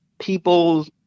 people